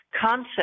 concept